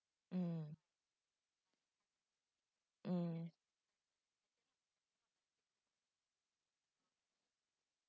mm mm